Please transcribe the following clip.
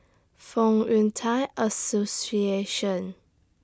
Fong Yun Thai Association